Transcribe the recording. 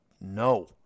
no